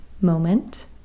moment